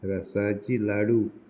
रसायची लाडू